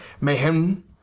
Mayhem